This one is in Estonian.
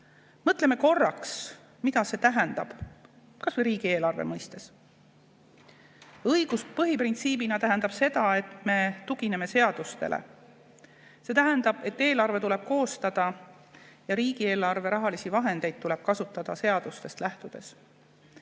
Mõtleme korraks, mida see tähendab, kas või riigieelarve mõistes. Õigus põhiprintsiibina tähendab seda, et me tugineme seadustele. See tähendab, et eelarve tuleb koostada ja riigieelarve rahalisi vahendeid tuleb kasutada seadustest lähtudes.